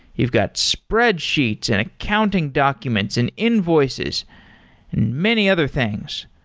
you've got spreadsheets, and accounting documents, and invoices, and many other things.